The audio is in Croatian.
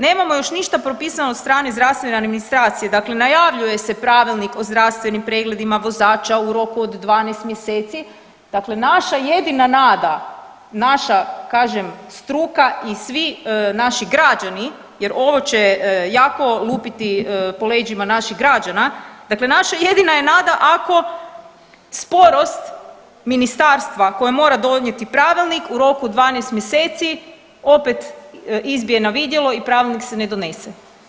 Nemamo još ništa propisano od strane zdravstvene administracije, dakle najavljuje se pravilnik o zdravstvenim pregledima vozača u roku od 12 mjeseci, dakle naša jedina nada, naša kažem struka i svi naši građani jer ovo će jako lupiti po leđima naših građana, dakle naša jedina je nada ako sporost ministarstva koje mora donijeti pravilnik u roku od 12 mjeseci opet izbije na vidjelo i pravilnik se ne donese.